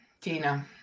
tina